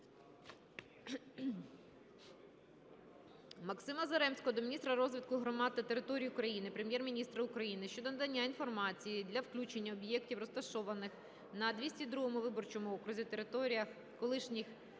Максима Заремського до міністра розвитку громад та територій України, Прем'єр-міністра України щодо надання інформації для включення об'єктів, розташованих на 202 виборчому окрузі (територіях колишніх